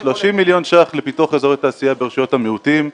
30 מיליון שקלים חדשים לפיתוח אזורי תעשייה ברשויות המיעוטים.